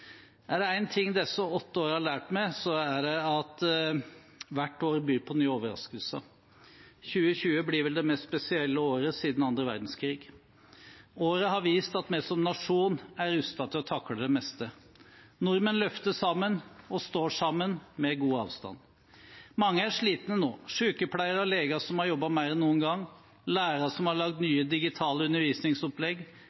Er det én ting disse åtte årene har lært meg, er det at hvert år byr på nye overraskelser. 2020 blir vel det mest spesielle året siden andre verdenskrig. Året har vist at vi som nasjon er rustet til å takle det meste. Nordmenn løfter sammen, og står sammen – med god avstand. Mange er slitne nå, sykepleiere og leger som har jobbet mer enn noen gang, lærere som har